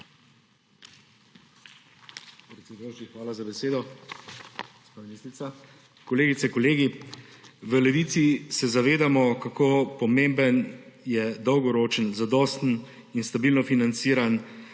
hvala za besedo.